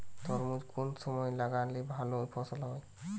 তরমুজ কোন সময় লাগালে ভালো ফলন হয়?